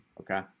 Okay